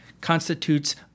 constitutes